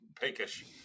pinkish